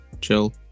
chill